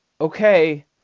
okay